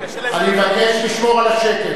אני מבקש לשמור על השקט.